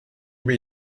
über